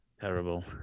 Terrible